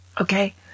okay